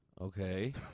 okay